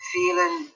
Feeling